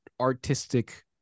artistic